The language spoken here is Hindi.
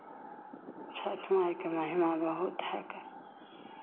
छठ माई के महिमा बहुत है का